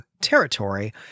territory